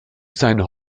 seinen